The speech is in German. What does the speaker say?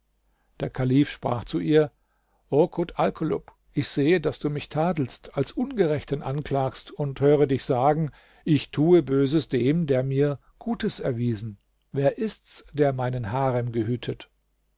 der kalif sprach zu ihr o kut alkulub ich sehe daß du mich tadelst als ungerechten anklagst und höre dich sagen ich tue böses dem der mit gutes erwiesen wer ist's der meinen harem gehütet